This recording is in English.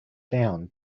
down